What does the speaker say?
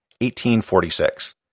1846